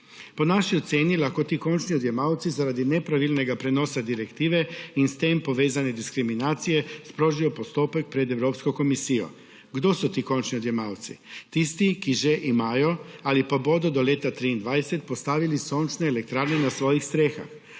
Po naši oceni lahko ti končni odjemalci zaradi nepravilnega prenosa direktive in s tem povezane diskriminacije sprožijo postopek pred Evropsko komisijo. Kdo so ti končni odjemalci? Tisti, ki že imajo ali pa bodo do leta 2023 postavili sončne elektrarne na svojih strehah.